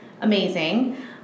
amazing